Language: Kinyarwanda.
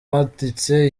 banditse